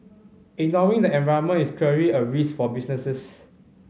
ignoring the environment is clearly a risk for businesses